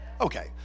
Okay